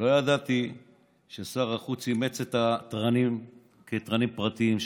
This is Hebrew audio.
לא ידעתי ששר החוץ אימץ את התרנים כתרנים פרטיים שלו.